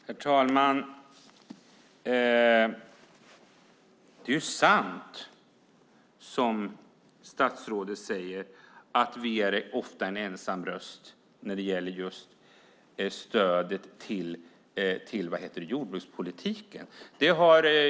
Herr talman! Det är sant som statsrådet säger att vi ofta är en ensam röst när det gäller minskat stöd till jordbrukssektorn.